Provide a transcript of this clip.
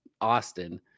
Austin